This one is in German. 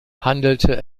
handelte